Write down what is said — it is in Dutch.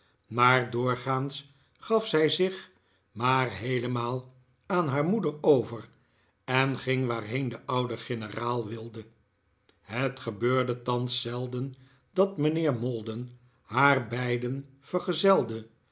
maar doorgaans gaf zij zich maar heelemaal aan haar moeder over en ging waarheen de oude generaal wilde het gebeurde thans zelden dat mijnheer maldon haar beiden vergezelde